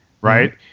right